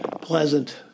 pleasant